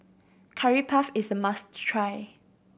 Curry Puff is a must try